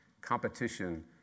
Competition